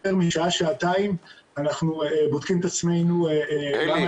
יותר משעה-שעתיים אנחנו בודקים את עצמנו למה